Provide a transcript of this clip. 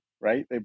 right